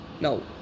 no